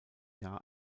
jahr